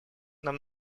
нам